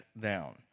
down